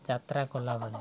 ଯାତ୍ରା କଲାବେଳେ